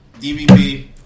DVP